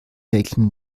melken